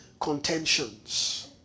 contentions